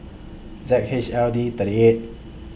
Z H L D thirty eight